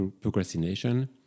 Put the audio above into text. procrastination